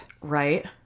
Right